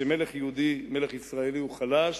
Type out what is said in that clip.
כשמלך יהודי, מלך ישראלי, הוא חלש,